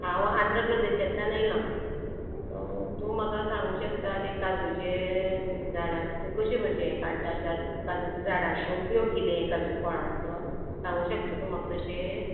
हांव आंध्र प्रदेशांतल्यान येयलां सो तूं म्हाका सांगू शकता तें काजूचे झाडां तुमी कशें कशें हें काडटा काजूचो झाडांचो उपयोग किदें काजू फळांचो सांगू शकता तूं म्हाका तशें